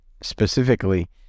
specifically